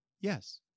Yes